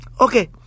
Okay